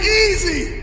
easy